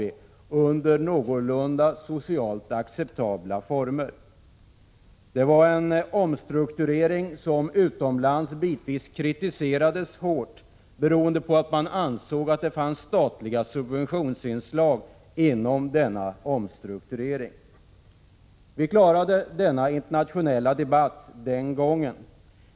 Detta skedde i någorlunda socialt acceptabla former. Det var en omstrukturering som bitvis kritiserades hårt utomlands, beroende på att man ansåg att det fanns statliga subventionsinslag inom denna omstrukturering. Vi klarade denna internationella debatt den gången.